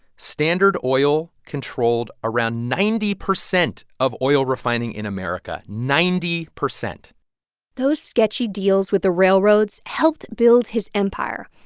standard oil controlled around ninety percent of oil refining in america ninety percent those sketchy deals with the railroads helped build his empire.